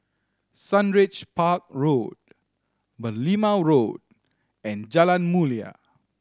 Sundridge Park Road Merlimau Road and Jalan Mulia